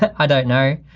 but i don't know.